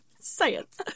Science